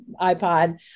iPod